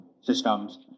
systems